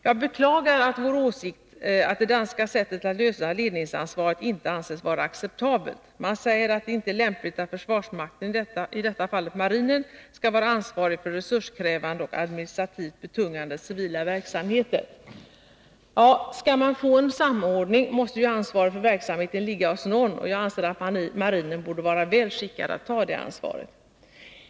Jag beklagar att det danska sättet att lösa ledningsansvaret inte anses vara acceptabelt. Man säger att det inte är lämpligt att försvarsmakten, i detta fallet marinen, skall vara ansvarig för resurskrävande och administrativt betungande civila verksamheter. Ja, men skall man få en samordning, måste ju ansvaret för verksamheten ligga hos någon, och jag anser att marinen borde vara väl skickad att ta det ansvaret.